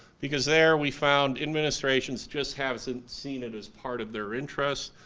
because there we found administration just hasn't seen it as part of their interests,